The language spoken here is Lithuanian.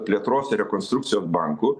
plėtros ir rekonstrukcijos banku